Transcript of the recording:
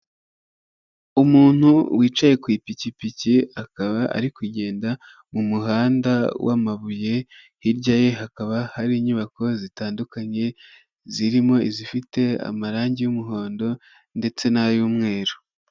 Umuntu wicaye ku ipikipiki, akaba ari kugenda mu muhanda w'amabuye, hirya ye hakaba hari inyubako zitandukanye zirimo izifite amarangi y'umuhondo ndetse n'ay'umweru,